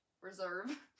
reserve